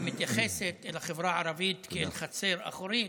שהיא מתייחסת אל החברה הערבית כאל חצר אחורית,